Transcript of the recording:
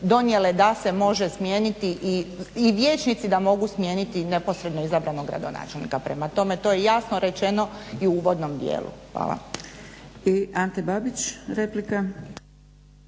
donijele da se može smijeniti i vijećnici da mogu smijeniti neposredno izabranog gradonačelnika. Prema tome to je jasno rečeno i u uvodnom dijelu. Hvala.